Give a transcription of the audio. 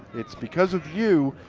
it's because of you,